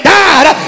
died